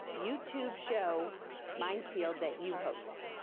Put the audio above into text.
youtube show mind field that you host.